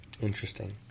Interesting